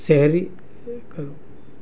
شہری کر